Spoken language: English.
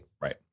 Right